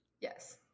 Yes